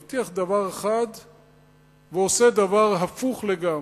מבטיח דבר אחד ועושה דבר הפוך לגמרי,